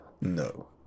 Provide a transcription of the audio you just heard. no